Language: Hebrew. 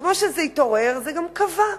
כמו שזה התעורר, זה גם כבה.